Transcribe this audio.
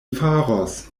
faros